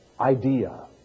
Idea